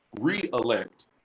re-elect